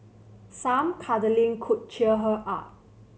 some cuddling could cheer her up